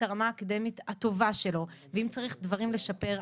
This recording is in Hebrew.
הרמה האקדמית הטובה שלו ואם צריך דברים לשפר,